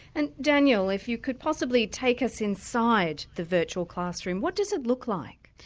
and daniel if you could possibly take us inside the virtual classroom what does it look like?